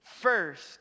first